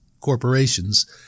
corporations